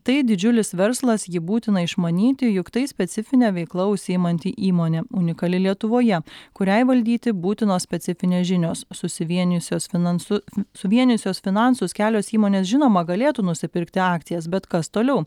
tai didžiulis verslas jį būtina išmanyti juk tai specifine veikla užsiimanti įmonė unikali lietuvoje kuriai valdyti būtinos specifinės žinios susivienijusios finansu suvienijusios finansus kelios įmonės žinoma galėtų nusipirkti akcijas bet kas toliau